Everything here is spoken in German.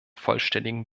vollständigen